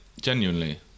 Genuinely